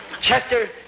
Chester